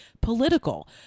political